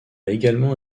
également